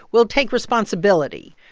will take responsibility.